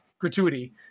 Gratuity